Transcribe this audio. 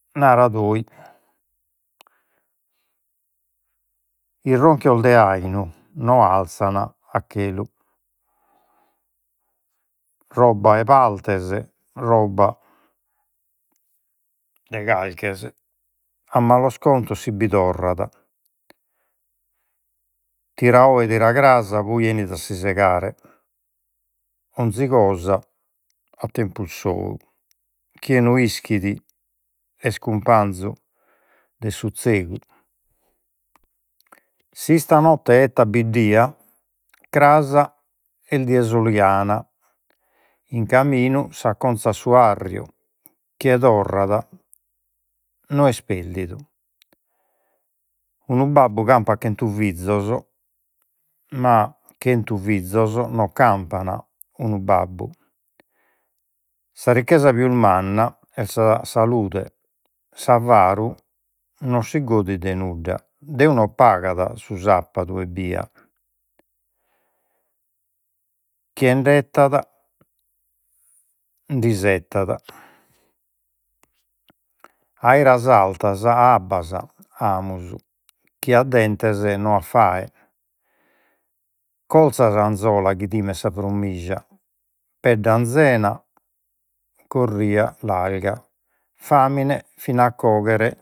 irronchios de aiunu no alzan a chelu, r oba 'e partes, roba 'e carches. A malos contos si bi torrat, tira oe, tira cras, poi 'enit a si segare, 'onzi cosa a tempus sou. Chie no ischit est cumpanzu de su zegu, si istanotte 'ettat biddia cras est die soliana, in caminu s'acconzat su arriu. Chie torrat no est perdidu, unu babbu campat chentu fizos ma chentu fizos non campan unu babbu, sa ricchesa pius manna est salude, s'avaru non si godit de nudda, Deu no pagat su sapadu ebbia. Chie nd'isettat. Aeras artas abbas amus. Chie at dentes no at fae. Corza s'alzola chi timet sa frommija. Pedde anzena, corria larga. Famine fin'a coghere